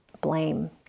blame